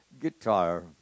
guitar